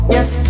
Yes